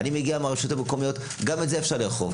אני מגיע מהרשויות המקומיות, גם את זה אפשר לאכוף.